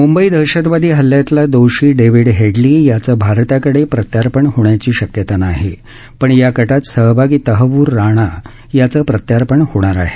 मुंबई दहशतवादी हल्ल्यातला दोषी डेव्हिड हेडली याचं भारताकडे प्रत्यार्पण होण्याची शक्यता नाही पण या कटात सहभागी तहव्वूर राणा याचं प्रत्यार्पण होणार आहे